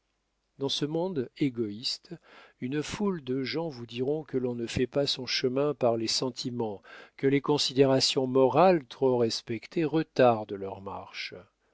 dans ce monde égoïste une foule de gens vous diront que l'on ne fait pas son chemin par les sentiments que les considérations morales trop respectées retardent leur marche